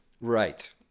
Right